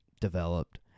developed